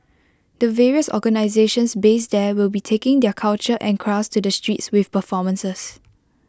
the various organisations based there will be taking their culture and crafts to the streets with performances